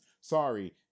Sorry